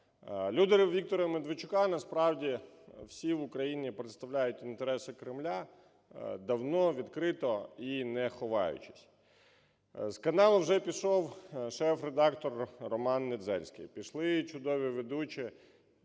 Люди Віктора Медведчука насправді всі в Україні представляють інтереси Кремля давно, відкрито і не ховаючись. З каналу вже пішов шеф-редактор Роман Недзельский, пішли чудові ведучі